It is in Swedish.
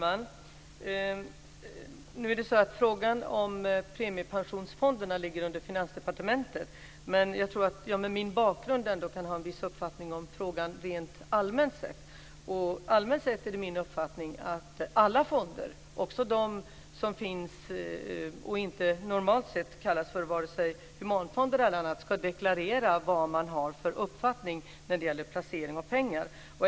Fru talman! Frågan om premiepensionsfonderna ligger under finansdepartementet, men med min bakgrund kan jag nog ändå ha en viss uppfattning om frågan rent allmänt. Allmänt sett är det min uppfattning att alla fonder, också de som normalt inte kallas vare sig humanfonder eller annat, ska deklarera vad man har för uppfattning när det gäller placering av pengar.